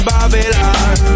Babylon